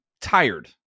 tired